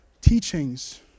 teachings